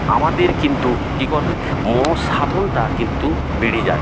আমাদের কিন্তু কী করবে মনঃ সাধনটা কিন্তু বেড়ে যায়